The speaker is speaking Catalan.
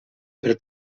per